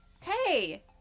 Hey